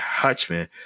hutchman